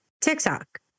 TikTok